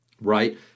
right